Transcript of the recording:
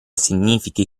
significhi